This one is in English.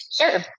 Sure